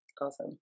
Awesome